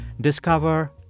Discover